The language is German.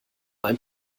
ein